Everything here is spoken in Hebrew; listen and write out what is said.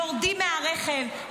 יורדים מהרכב,